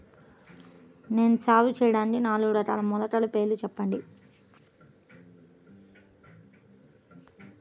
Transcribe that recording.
నేను సాగు చేయటానికి నాలుగు రకాల మొలకల పేర్లు చెప్పండి?